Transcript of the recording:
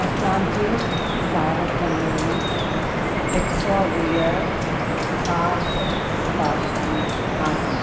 असांजे भारत में हिक सौ वीह ख़ासि भाषाऊं आहिनि